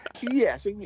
yes